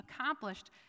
accomplished